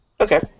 Okay